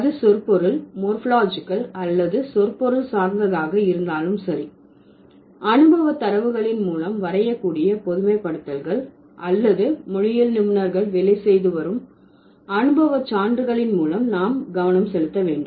அது சொற்பொருள் மோர்பாலஜிகல் அல்லது சொற்பொருள் சார்ந்ததாக இருந்தாலும் சரி அனுபவ தரவுகளின் மூலம் வரையக்கூடிய பொதுமைப்படுத்தல்கள் அல்லது மொழியியல் நிபுணர்கள் வேலை செய்து வரும் அனுபவ சான்றுகளின் மூலம் நாம் கவனம் செலுத்த வேண்டும்